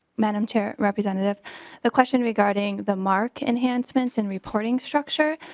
madam chair representative the question regarding the mark and hands. benson reporting structure.